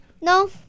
No